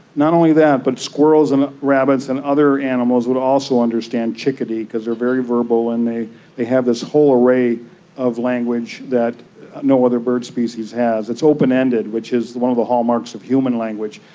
not only that but squirrels and rabbits and other animals would also understand chickadee because they are very verbal and they they have this whole array of language that no other bird species has. it's open-ended, which is one of the hallmarks of human language.